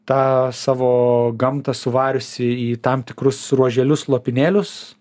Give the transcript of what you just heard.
tą savo gamtą suvariusi į tam tikrus ruoželius lopinėlius